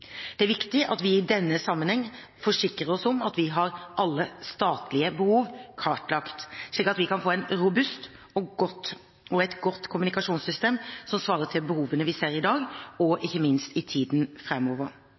Det er viktig at vi i denne sammenheng forsikrer oss om at vi har alle statlige behov kartlagt, slik at vi kan få et robust og godt kommunikasjonssystem som svarer til behovene vi ser i dag og